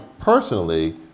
personally